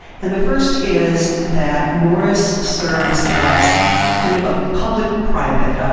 and the first is that morris serves as kind of a public-private. ah